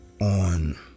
on